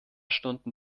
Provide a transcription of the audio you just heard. stunden